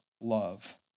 love